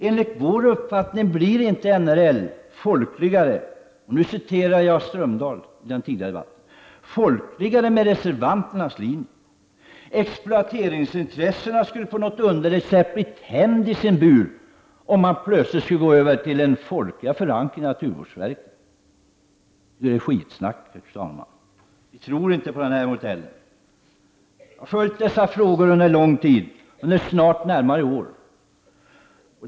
Enligt vår uppfattning blir NRL inte ”folkligare”, för att citera Strömdahl, om man följer reservanternas linje. Att exploateringsintressena på något underligt sätt plötsligt skulle tämjas, om naturvårdsverket skulle få en folklig förankring är skitsnack, fru talman. Vi tror inte på den modellen. Jag har följt dessa frågor under lång tid, närmare tjugo år.